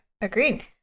agreed